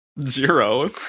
zero